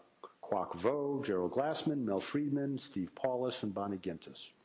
quoc vo, jerel glassman, mel friedman, steven paulus, and bonnie gintis